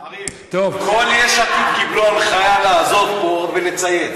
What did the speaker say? אריה, כל יש עתיד קיבלו הנחיה לעזוב פה ולצייץ.